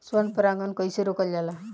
स्व परागण कइसे रोकल जाला?